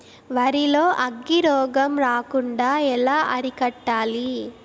వరి లో అగ్గి రోగం రాకుండా ఎలా అరికట్టాలి?